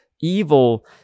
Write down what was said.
evil